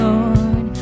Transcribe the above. Lord